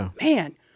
Man